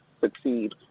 succeed